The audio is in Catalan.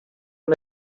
una